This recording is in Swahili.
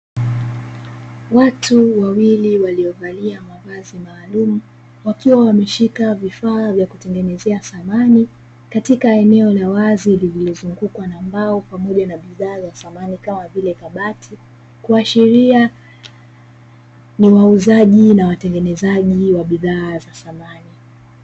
Watu wawili waliovalia mavazi maalumu, wakiwa wameshikilia vifaa vya kutengenezea samani katika eneo la wazi lililozungukwa na mbao pamoja na bidhaa za samani, kama vile kabati. Kuashiria ni wauzaji na watengenezaji wa bidhaa za samani.